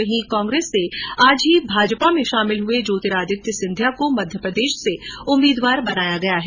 वहीं कांग्रेस से आज ही भाजपा में शामिल हुए ज्यातिरादित्य सिंधिया को मध्यप्रदेश से उम्मीदवार बनाया गया है